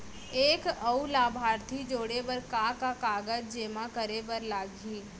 एक अऊ लाभार्थी जोड़े बर का का कागज जेमा करे बर लागही?